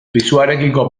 pisuarekiko